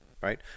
right